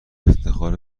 افتخار